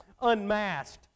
unmasked